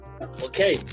Okay